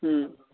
हूँ